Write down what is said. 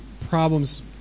problems